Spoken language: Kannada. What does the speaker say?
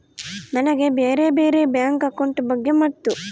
ನನಗೆ ಬ್ಯಾರೆ ಬ್ಯಾರೆ ಬ್ಯಾಂಕ್ ಅಕೌಂಟ್ ಬಗ್ಗೆ ಮತ್ತು?